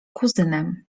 kuzynem